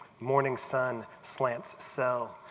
morning sun slants sell.